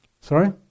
Sorry